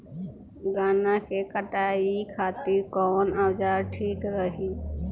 गन्ना के कटाई खातिर कवन औजार ठीक रही?